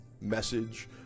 message